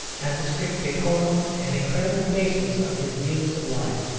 and the strict decorum and incredible baseness of his views of life.